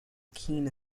keen